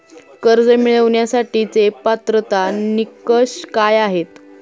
कर्ज मिळवण्यासाठीचे पात्रता निकष काय आहेत?